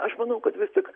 aš manau kad vis tik